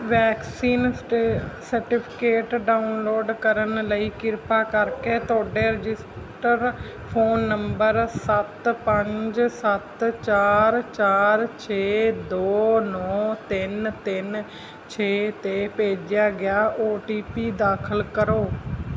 vaccine ਸਟੇ certificate download ਕਰਨ ਲਈ ਕਿਰਪਾ ਕਰਕੇ ਤੁਹਾਡੇ ਰਜਿਸਟਰ ਫ਼ੋਨ ਨੰਬਰ ਸੱਤ ਪੰਜ ਸੱਤ ਚਾਰ ਚਾਰ ਛੇ ਦੋ ਨੌਂ ਤਿੰਨ ਤਿੰਨ ਛੇ 'ਤੇ ਭੇਜਿਆ ਗਿਆ ਓ ਟੀ ਪੀ ਦਾਖਲ ਕਰੋ